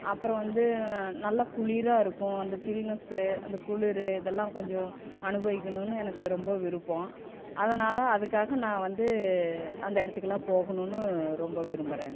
அப்புறம் வந்து நல்ல குளிராக இருக்கும் அந்த ஜில்னஸ்ஸு அந்த குளிர் இதெலாம் கொஞ்சம் அனுபவிக்கணும்னு எனக்கு ரொம்ப விருப்பம் அதனால் அதுக்காக நான் வந்து அந்த இடத்துக்குலாம் போகணும்னு ரொம்ப விரும்புகிறேன் நான்